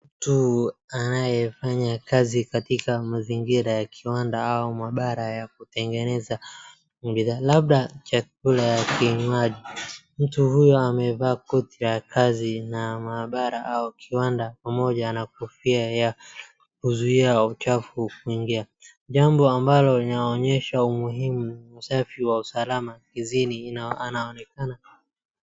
Mtu anayefanya kazi katika mazingira ya kiwanda au maabara ya kutengeneza bidhaa labda chakula , kinywaji. Mtu huyo amevaa koti la kazi pamoja na kofia ya kuuzia uchafu usiingie. Jambo ambalo linaonyesha umuhimu usafi wa usalama kazini, anaonekana.